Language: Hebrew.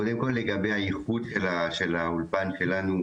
קודם כול, לגבי האיכות של האולפן שלנו.